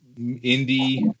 indie